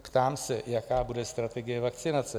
Ptám se, jaká bude strategie vakcinace?